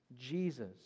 Jesus